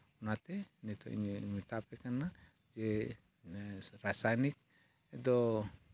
ᱚᱱᱟᱛᱮ ᱱᱤᱛᱳᱜ ᱤᱧᱫᱩᱧ ᱢᱮᱛᱟᱯᱮ ᱠᱟᱱᱟ ᱡᱮ ᱨᱟᱥᱟᱭᱱᱤᱠ ᱫᱚ